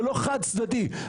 זה לא חד צדדי.